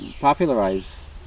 popularize